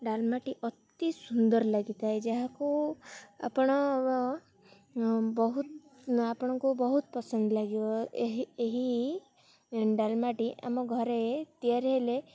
ଡାଲମାଟି ଅତି ସୁନ୍ଦର ଲାଗି ଥାଏ ଯାହାକୁ ଆପଣ ବହୁତ ଆପଣଙ୍କୁ ବହୁତ ପସନ୍ଦ ଲାଗିବ ଏହି ଏହି ଡାଲମାଟି ଆମ ଘରେ ତିଆରି ହେଲେ